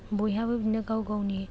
बयहाबो बिदिनो गाव गावनि